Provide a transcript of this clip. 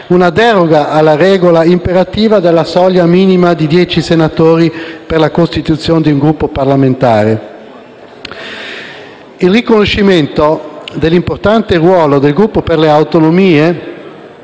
passibile alla regola imperativa della soglia minima di dieci senatori per la costituzione di un Gruppo parlamentare. Il riconoscimento dell'importante ruolo del Gruppo Per le Autonomie,